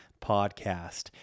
podcast